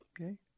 okay